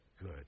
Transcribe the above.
good